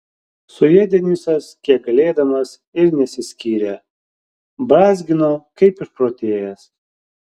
su ja denisas kiek galėdamas ir nesiskyrė brązgino kaip išprotėjęs